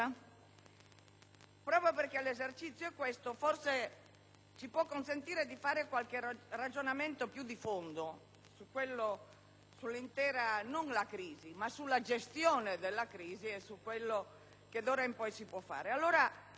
Proprio perché l'esercizio è questo, forse è possibile svolgere qualche ragionamento più di fondo non sulla crisi ma sulla gestione della crisi e su quello che d'ora in poi si può fare.